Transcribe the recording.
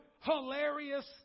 hilarious